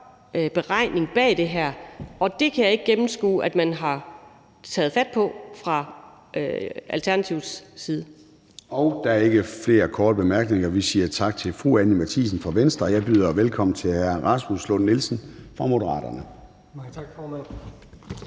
beregning bag det her, og det kan jeg ikke gennemskue at man har taget fat på fra Alternativets side. Kl. 18:10 Formanden (Søren Gade): Der er ikke flere korte bemærkninger. Vi siger tak til fru Anni Matthiesen fra Venstre. Og jeg byder velkommen til hr. Rasmus Lund-Nielsen fra Moderaterne. Kl. 18:10 (Ordfører)